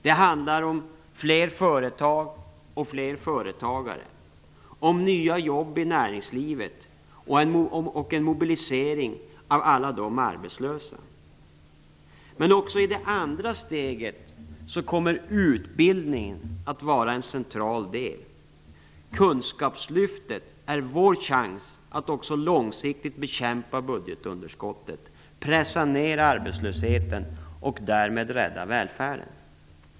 Det handlar om fler företag och fler företagare, om nya jobb i näringslivet och om en mobilisering av alla de arbetslösa. Men också i det andra steget kommer utbildning att vara en central del. Kunskapslyftet är vår chans att också långsiktigt bekämpa budgetunderskottet, pressa ner arbetslösheten och därmed rädda välfärden.